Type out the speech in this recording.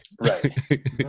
Right